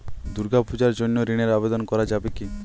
দুর্গাপূজার জন্য ঋণের আবেদন করা যাবে কি?